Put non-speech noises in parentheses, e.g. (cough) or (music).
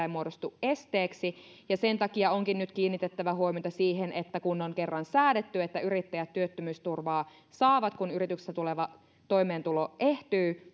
(unintelligible) ei muodostu esteeksi ja sen takia onkin nyt kiinnitettävä huomiota siihen että kun on kerran säädetty että yrittäjät työttömyysturvaa saavat kun yrityksestä tuleva toimeentulo ehtyy (unintelligible)